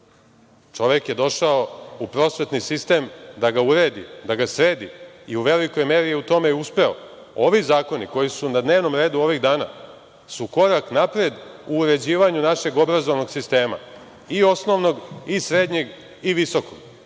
Čovek je došao u prosvetni sistem da ga uredi, da ga sredi i u velikoj meri je u tome uspeo. Ovi zakoni koji su na dnevnom redu ovih dana su korak napred u uređivanju našeg obrazovnog sistema i osnovnog i srednjeg i visokog. Što